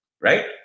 Right